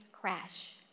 crash